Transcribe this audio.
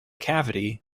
cavity